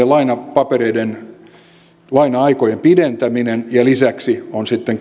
lainapapereiden laina aikojen pidentäminen ja lisäksi on sitten